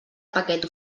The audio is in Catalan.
paquet